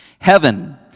heaven